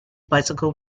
bicycle